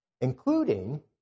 including